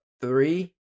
three